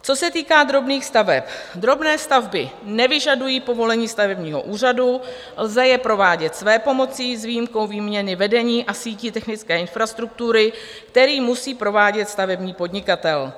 Co se týká drobných staveb, drobné stavby nevyžadují povolení stavebního úřadu, lze je provádět svépomocí s výjimkou výměny vedení a sítí technické infrastruktury, které musí provádět stavební podnikatel.